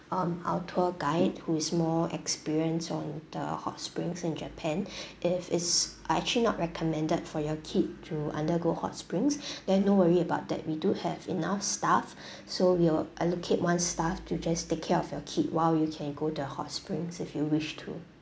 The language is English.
um our tour guide who is more experienced on the hot springs in japan if it's uh actually not recommended for your kid to undergo hot springs then no worry about that we do have enough staff so we will allocate one staff to just take care of your kid while you can go the hot springs if you wish to